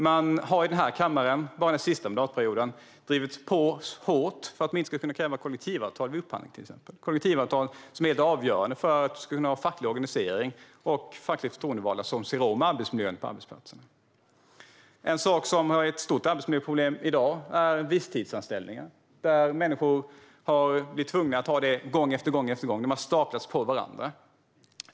Man har i denna kammare bara den senaste mandatperioden till exempel drivit på hårt för att det inte ska kunna krävas kollektivavtal vid upphandling. Kollektivavtal är ju helt avgörande för att vi ska kunna ha facklig organisering och fackligt förtroendevalda som ser över arbetsmiljön på arbetsplatsen. Ett stort arbetsmiljöproblem i dag är visstidsanställningar. Människor blir tvungna att ta sådana anställningar gång på gång; de staplas på varandra.